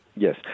Yes